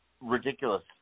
ridiculous